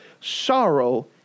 sorrow